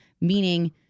Meaning